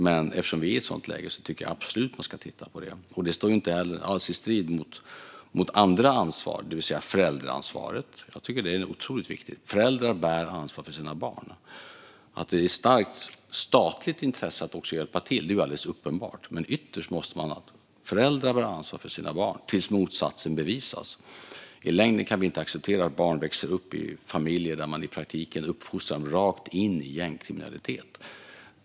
Men eftersom vi är i ett sådant läge tycker jag absolut att man ska titta på det. Det står inte heller i strid med andra ansvar, det vill säga föräldraansvaret. Jag tycker att det är otroligt viktigt. Föräldrar bär ansvar för sina barn. Att det är ett starkt statligt intresse att hjälpa till är alldeles uppenbart, men ytterst måste föräldrar klara att ta ansvar för sina barn tills motsatsen bevisas. I längden kan vi inte acceptera att barn växer upp i familjer där man i praktiken uppfostrar dem rakt in i gängkriminalitet.